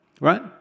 Right